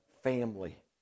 family